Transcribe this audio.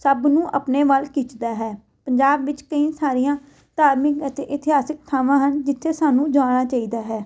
ਸਭ ਨੂੰ ਆਪਣੇ ਵੱਲ ਖਿੱਚਦਾ ਹੈ ਪੰਜਾਬ ਵਿੱਚ ਕਈ ਸਾਰੀਆਂ ਧਾਰਮਿਕ ਅਤੇ ਇਤਿਹਾਸਿਕ ਥਾਵਾਂ ਹਨ ਜਿੱਥੇ ਸਾਨੂੰ ਜਾਣਾ ਚਾਹੀਦਾ ਹੈ